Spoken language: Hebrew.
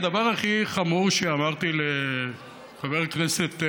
הדבר הכי חמור שאמרתי לחבר הכנסת,